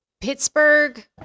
pittsburgh